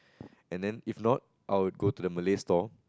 and then if not I would go to the Malay stall